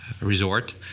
resort